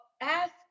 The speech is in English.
ask